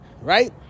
right